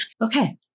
Okay